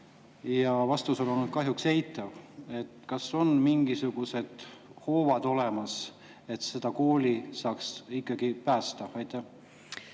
Aga vastus on olnud kahjuks eitav. Kas on mingisugused hoovad olemas, et seda kooli saaks ikkagi päästa? Aitäh!